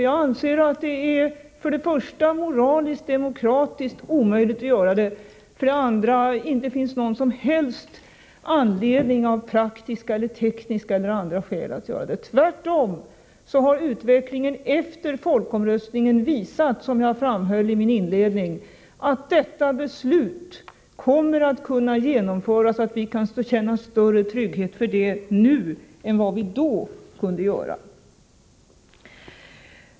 Jag anser för det första att det är moraliskt och demokratiskt omöjligt att göra det, för det andra att det inte finns någon som helst anledning — av praktiska, tekniska eller andra skäl — att göra det. Tvärtom har utvecklingen efter folkomröstningen visat, som jag framhöll i min inledning, att detta beslut kommer att kunna genomföras så att vi kan känna större trygghet nu än vad vi då kunde göra.